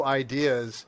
ideas